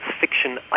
fiction